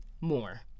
more